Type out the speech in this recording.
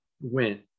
went –